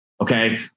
Okay